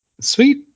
Sweet